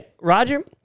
Roger